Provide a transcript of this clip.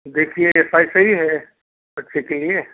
देखिए यह साइज़ सही है बच्चे के लिए